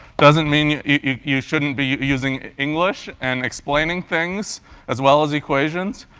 doesn't mean you shouldn't be using english and explaining things as well as equations.